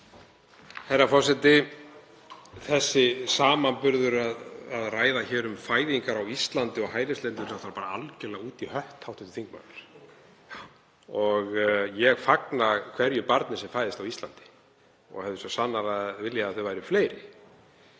Herra forseti. Þessi samanburður, að ræða um fæðingar á Íslandi og hælisleitendur, er bara algjörlega út í hött. Ég fagna hverju barni sem fæðist á Íslandi og hefði svo sannarlega viljað að þau væru fleiri.